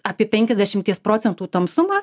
apie penkiasdešimties procentų tamsumą